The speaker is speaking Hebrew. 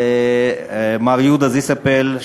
למר יהודה זיסאפל,